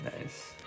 Nice